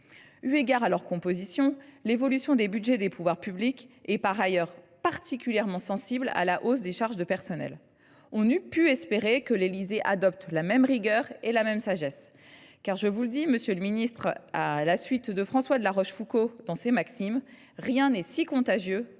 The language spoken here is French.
Eu égard à leur composition, l’évolution des budgets des pouvoirs publics est, par ailleurs, particulièrement sensible à la hausse des charges de personnel. On aurait pu espérer que l’Élysée adopte la même rigueur et la même sagesse. En effet, monsieur le ministre, comme l’écrit François de La Rochefoucauld dans ses célèbres :« Rien n’est si contagieux